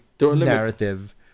narrative